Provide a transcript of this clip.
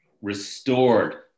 restored